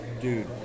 dude